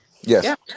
Yes